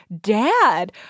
dad